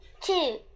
Two